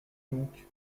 donc